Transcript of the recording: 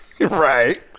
right